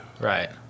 Right